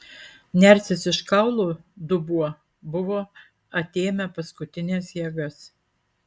nersis ir kaulų dubuo buvo atėmę paskutines jėgas